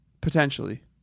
Potentially